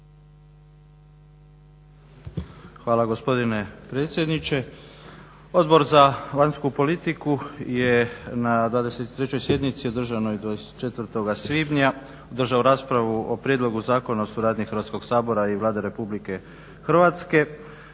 Hvala gospodine predsjedniče. Odbor za vanjsku politiku je na 23. sjednici održanoj 24. svibnja održao raspravu o Prijedlogu zakona o suradnji Hrvatskog sabora i Vlade Republike Hrvatske.